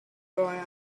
dryer